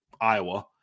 Iowa